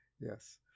yes